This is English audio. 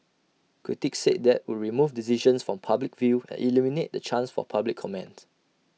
critics said that would remove decisions from public view and eliminate the chance for public comment